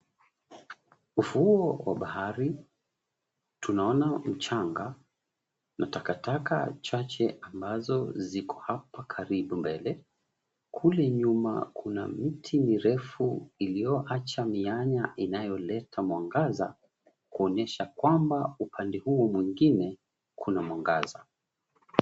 Ufuo wa bahari. Tunaona mchanga na takataka chache ambazo ziko hapa karibu mbele. Kule nyuma kuna miti mirefu iliyoacha mianya inayoleta mwangaza, kuonyesha kwamba upande huo mwingine kuna mwangaza.